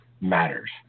matters